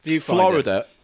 Florida